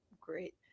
Great